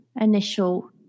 initial